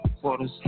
Quarters